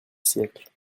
siècle